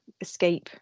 escape